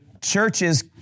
churches